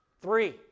Three